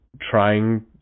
trying